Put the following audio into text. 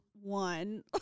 one